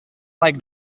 like